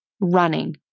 running